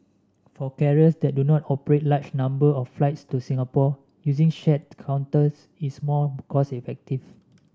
for carriers that do not operate large number of flights to Singapore using shared counters is more cost effective